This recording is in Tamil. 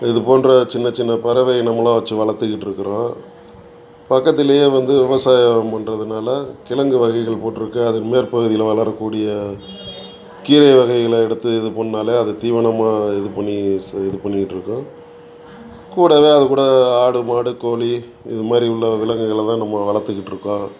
இது போன்ற சின்னச் சின்ன பறவை இனங்களெல்லாம் வச்சு வளர்த்துக்கிட்டுருக்குறோம் பக்கத்திலேயே வந்து விவசாயம் பண்ணுறதுனால கிழங்கு வகைகள் போட்டிருக்கு அது மேற்பகுதியில் வளரக்கூடிய கீரை வகைகளை எடுத்து இது பண்ணிணாலே அது தீவனமாக இது பண்ணி இது பண்ணிகிட்டுருக்குறோம் கூடவே அது கூட ஆடு மாடு கோழி இது மாதிரி உள்ள விலங்குகளை தான் நம்ம வளர்த்துக்கிட்டுருக்கோம்